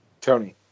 Tony